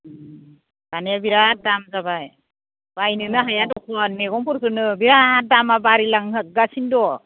माने बिराद दाम जाबाय बायनोनो हाया दखुन मैगंफोरखौनो बिराद दामा बाराय लांगासिनो द'